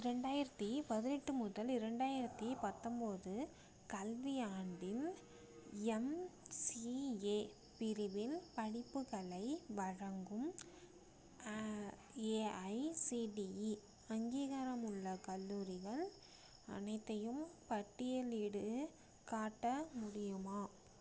ரெண்டாயிரத்தி பதினெட்டு முதல் இரண்டாயிரத்தி பத்தம்போது கல்வி ஆண்டின் எம்சிஏ பிரிவின் படிப்புகளை வழங்கும் ஏஐசிடிஇ அங்கீகாரமுள்ள கல்லூரிகள் அனைத்தையும் பட்டியலிட்டு காட்ட முடியுமா